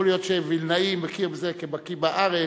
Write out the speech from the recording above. יכול להיות שווילנאי מכיר בזה כבקי בארץ,